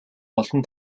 олон